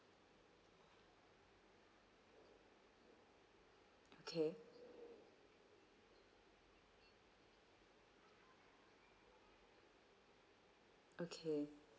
okay okay